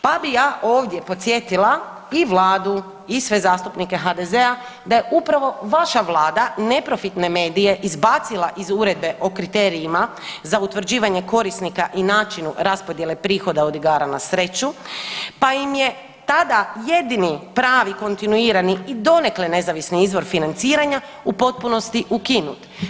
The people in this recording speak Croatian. Pa bi ja ovdje podsjetila i vladu i sve zastupnike HDZ-a da je upravo vaša vlada neprofitne medije izbacila iz Uredbe o kriterijima za utvrđivanje korisnika i načinu raspodjele prihoda od igara na sreću, pa im je tada jedini pravi kontinuirani i donekle nezavisni izvor financiranja u potpunosti ukinut.